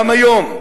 גם היום.